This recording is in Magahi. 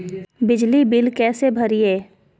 बिजली बिल कैसे भरिए?